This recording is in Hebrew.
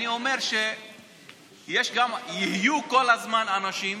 אני אומר שיהיו כל הזמן אנשים